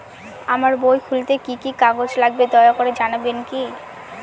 আমার বই খুলতে কি কি কাগজ লাগবে দয়া করে জানাবেন কি?